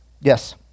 Yes